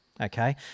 okay